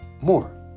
more